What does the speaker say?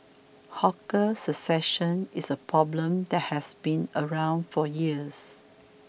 hawker succession is a problem that has been around for years